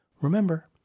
Remember